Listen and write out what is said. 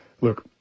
Look